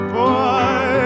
boy